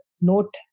note